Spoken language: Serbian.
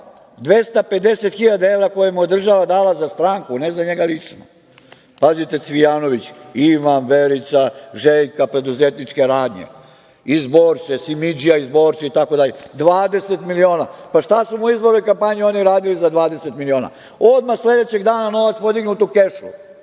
250.000 evra koje mu je država dala za stranku, ne za njega lično. Pazite, Cvijanović Ivan, Verica, Željka preduzetničke radnje, iz Borče, Simidžija iz Borče itd. Dvadeset miliona. Pa, šta su mu u izbornoj kampanji oni radili za 20 miliona? Odmah sledećeg dana novac podignut u kešu.